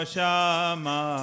Shama